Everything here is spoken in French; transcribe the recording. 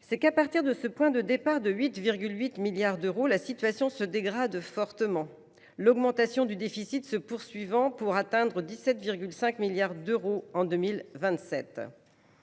c’est qu’à partir de ce point de départ de 8,8 milliards d’euros, la situation se dégrade fortement : l’augmentation du déficit se poursuivrait pour atteindre 17,5 milliards d’euros en 2027.